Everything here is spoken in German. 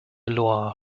loire